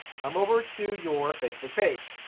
come over to your facebook page.